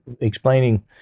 explaining